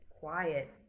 quiet